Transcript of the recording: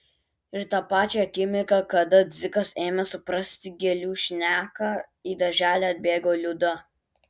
ir tą pačią akimirką kada dzikas ėmė suprasti gėlių šneką į darželį atbėgo liuda